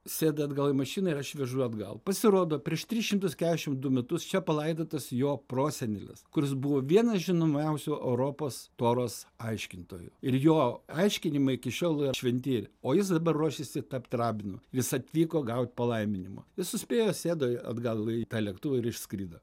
sėda atgal į mašiną ir aš vežu atgal pasirodo prieš tris šimtus kešim du metus čia palaidotas jo prosenelis kuris buvo vienas žinomiausių europos toros aiškintojų ir jo aiškinimai iki šiol šventi o jis dabar ruošėsi tapt rabinu jis atvyko gaut palaiminimo jis suspėjo sėdo atgal į tą lėktuvą ir išskrido